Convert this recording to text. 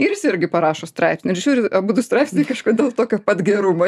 ir jis irgi parašo straipsnį ir žiūri abudu straipsniai kažkodėl tokio pat gerumo